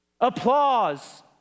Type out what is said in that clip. applause